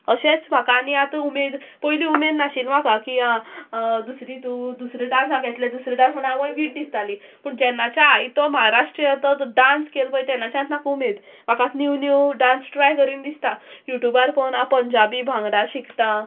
अशेंच म्हाका आनी आतां उमेद पयलीं उमेद नाशिल्लो म्हाका की आं दुसरी तूं दुसरे डांसाक येतले दुसरे डांस म्हणून हांव वीट दिसतालीं पूण जेन्नाच्या हांव तो महाराष्ट्रीय तो डांस केलो पळय तेन्नाच्या म्हाका उमेद म्हाका न्यू न्यू डांस ट्राय करीन दिसता यू ट्यूबार पळोवन हांव पंजाबी भांगडा शिकता